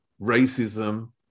racism